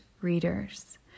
readers